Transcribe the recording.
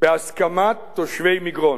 בהסכמת תושבי מגרון.